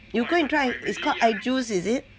you go and try is called I jooz